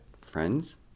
friends